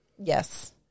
Yes